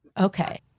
Okay